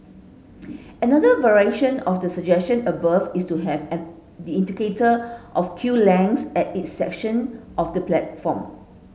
another variation of the suggestion above is to have an the indicator of queue lengths at each section of the platform